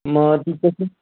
मग ती कशी